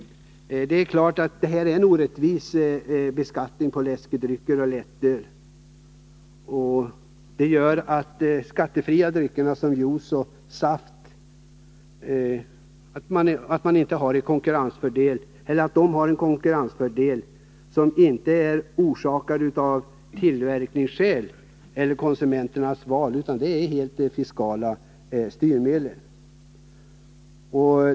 Det är klart att produktionsskatten på läskedrycker och lättöl är en orättvis beskattning. De skattefria dryckerna som juice och saft har en konkurrensfördel, inte av tillverkningsskäl eller beroende på konsumenternas val utan på grund av att läskedrycken och lättöl är utsatta för rent fiskala styrmedel.